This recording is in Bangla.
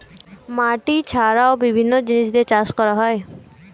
মাটি ছাড়াও বিভিন্ন জিনিস দিয়ে চাষ করা হয়